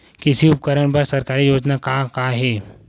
कृषि उपकरण बर सरकारी योजना का का हे?